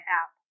app